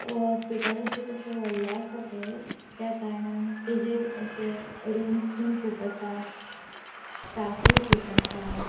hospital अशें तशें व्हडलें आसा तें त्या कारणान ताचे रुम्स बी अशे खूब व्हड आसात स्टाफूय खूब आसा